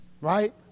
Right